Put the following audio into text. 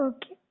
Okay